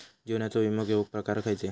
जीवनाचो विमो घेऊक प्रकार खैचे?